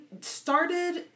started